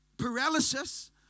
paralysis